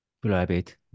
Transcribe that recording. private